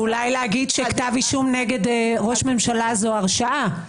ואולי להגיד שכתב אישום נגד ראש ממשלה זו הרשעה.